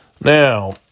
Now